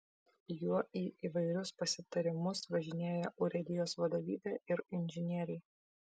juo į įvairius pasitarimus važinėja urėdijos vadovybė ir inžinieriai